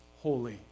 holy